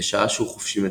בשעה שהוא חפשי מתסמינים.